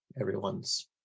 everyone's